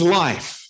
life